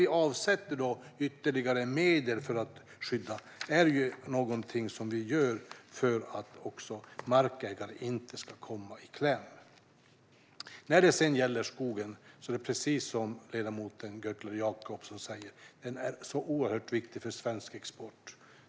Vi avsätter ytterligare medel för att skydda det hela, och det är något vi gör för att inte markägare ska komma i kläm. När det gäller skogen är det precis som ledamoten Jacobsson Gjörtler säger: Den är oerhört viktig för svensk export.